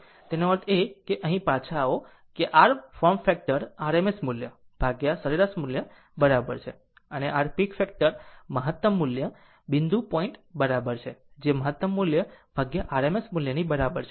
આમ તેનો અર્થ એ છે કે અહીં પાછા આવો કે r ફોર્મ ફેક્ટર RMS મૂલ્ય સરેરાશ મૂલ્ય બરાબર છે અને r પીક ફેક્ટર મહત્તમ મૂલ્ય બિંદુ પોઇન્ટ બરાબર છે જે મહત્તમ મૂલ્ય RMS મૂલ્ય બરાબર છે